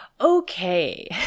Okay